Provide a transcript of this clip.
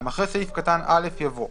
(2)אחרי סעיף קטן (א) יבוא: